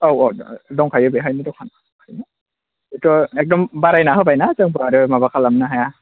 औ औ दंखायो बेहायनो दखानावनो बेथ' एकदम बारायना होबायना जोंबो आरो माबा खालामनो हाया